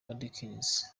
atkins